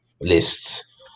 lists